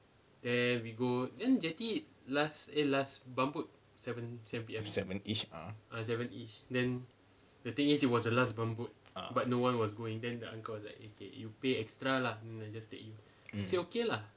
seven P_M ah ah mm